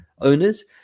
owners